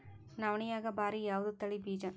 ನವಣಿಯಾಗ ಭಾರಿ ಯಾವದ ತಳಿ ಬೀಜ?